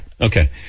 Okay